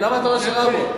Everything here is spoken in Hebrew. למה אתה אומר שרע בו?